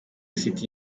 city